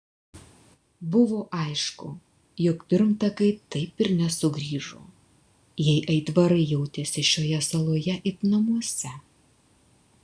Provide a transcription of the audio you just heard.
buvo aišku jog pirmtakai taip ir nesugrįžo jei aitvarai jautėsi šioje saloje it namuose